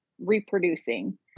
reproducing